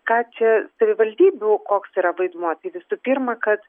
ką čia savivaldybių koks yra vaidmuo tai visų pirma kad